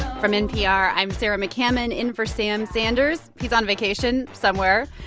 from npr, i'm sarah mccammon in for sam sanders. he's on vacation somewhere.